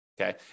okay